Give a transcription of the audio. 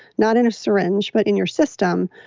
not in a syringe but in your system,